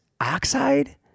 oxide